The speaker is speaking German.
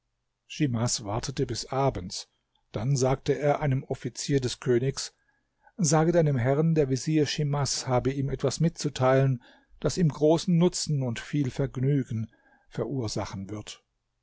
wartete bis abends dann sagte er einem offizier des königs sage deinem herrn der vezier schimas habe ihm etwas mitzuteilen das ihm großen nutzen und viel vergnügen verursachen wird